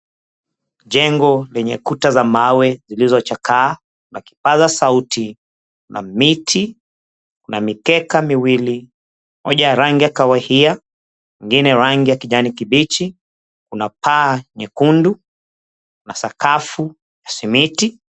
Jengo lenye ukuta za mawe zilizochakaa na kipaza sauti na miti na mikeka miwili moja rangi ya kahawia na ingine rangi ya kijani kibichi kuna paa nyekundu, na sakafu, simiti.